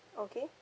okay